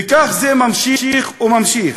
וכך זה נמשך ונמשך.